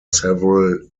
several